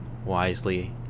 Wisely